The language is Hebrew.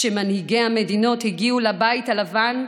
כשמנהיגי המדינות הגיעו לבית הלבן,